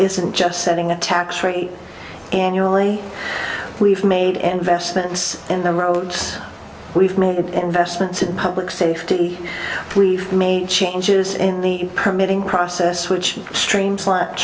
isn't just setting a tax rate annually we've made and vestments in the roads we've made investments in public safety we've made changes in the permitting process which streams l